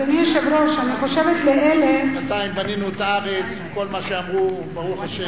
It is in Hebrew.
בינתיים בנינו את הארץ עם כל מה שאמרו, ברוך השם.